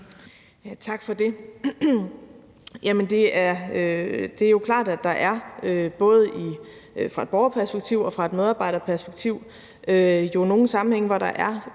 Tak for det. Det er jo klart, at der både fra et borgerperspektiv og et medarbejderperspektiv er nogle sammenhænge, hvor der er